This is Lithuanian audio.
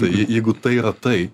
jeigu tai yra tai